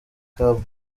ikibaba